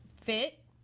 fit